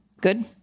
good